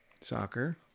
Soccer